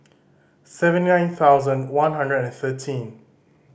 seven nine thousand one hundred and thirteen